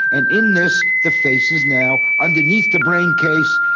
and in this the face is now underneath the braincase,